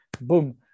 Boom